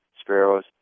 sparrows